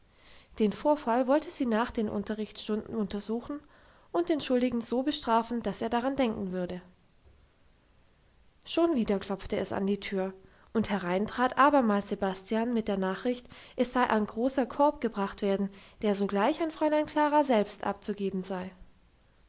den vorfall wollte sie nach den unterrichtsstunden untersuchen und den schuldigen so bestrafen dass er daran denken würde schon wieder klopfte es an die tür und herein trat abermals sebastian mit der nachricht es sei ein großer korb gebracht worden der sogleich an fräulein klara selbst abzugeben sei